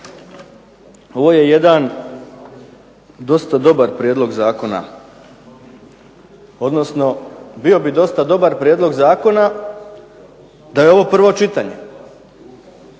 Ovo je jedan dosta dobar prijedlog zakona, odnosno bio bi dosta dobar prijedlog zakona da je ovo prvo čitanje,